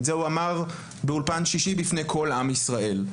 את זה הוא אמר באולפן שישי בפני כל עם ישראל.